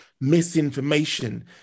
misinformation